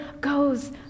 goes